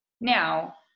Now